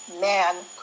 man